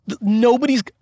Nobody's